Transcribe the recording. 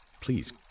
please